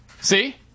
See